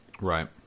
Right